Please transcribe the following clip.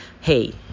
Hey